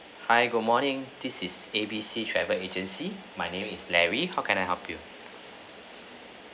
hi good morning this is A B C travel agency my name is larry how can I help you